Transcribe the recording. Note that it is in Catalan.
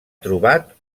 trobat